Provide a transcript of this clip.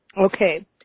Okay